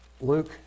Luke